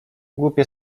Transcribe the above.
głupie